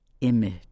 image